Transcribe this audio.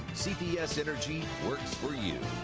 cps energy works for you.